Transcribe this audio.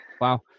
Wow